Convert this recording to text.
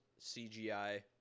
CGI